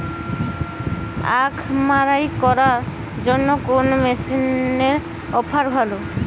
আখ মাড়াই করার জন্য কোন মেশিনের অফার ভালো?